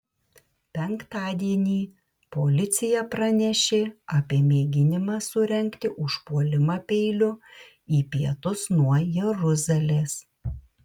penktadienį policija pranešė apie mėginimą surengti užpuolimą peiliu į pietus nuo jeruzalės